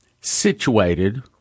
situated